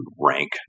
rank